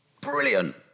Brilliant